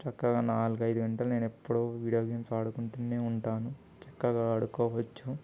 చక్కగా నాలుగు ఐదు గంటలు నేను ఎప్పుడూ వీడియో గేమ్స్ ఆడుకుంటూనే ఉంటాను చక్కగా ఆడుకోవచ్చు